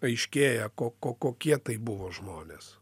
aiškėja kokie tai buvo žmonės